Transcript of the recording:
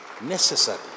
Necessary